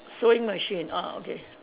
sewing machine orh okay